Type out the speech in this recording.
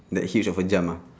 that huge of a jump ah